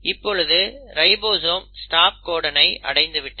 இப்பொழுது ribosome stop கோடனை அடைந்து விட்டது